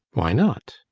why not?